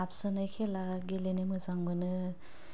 हाबसोनाय खेला गेलेनो मोजां मोनो